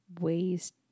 ways